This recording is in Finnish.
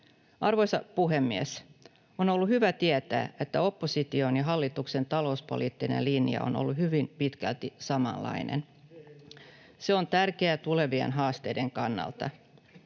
Arvoisa puhemies! On ollut hyvä tietää, että opposition ja hallituksen talouspoliittiset linjat ovat olleet hyvin pitkälti samanlaisia. Se on tärkeää tulevien haasteiden kannalta.